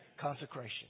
Consecration